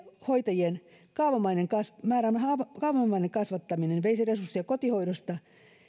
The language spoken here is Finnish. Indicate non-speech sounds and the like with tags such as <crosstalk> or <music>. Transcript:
hoitajien <unintelligible> määrän kaavamainen kasvattaminen laitoshoidossa veisi resursseja kotihoidosta